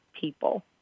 people